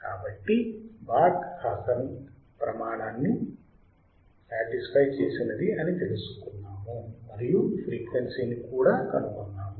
కాబట్టి Barkhausen ప్రమాణాన్ని satisfy చేసినది అని తెలుసుకున్నాము మరియు ఫ్రీక్వెన్సీ ని కూడా కనుగొన్నాము